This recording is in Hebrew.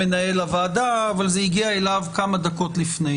אבל כן עסקנו פה בכמה פרשות גדולות לגבי תפקודה של המשטרה.